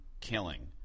killing